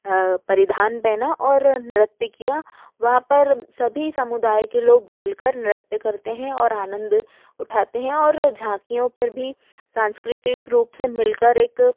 परिधान पहना और नृत्य किया वहाँ पर सभी समुदाय के लोग मिल कर नृत्य करते हैं और आनंद उठाते हैं और झाँकियों पर भी सांस्कृतिक रूप से मिल कर एक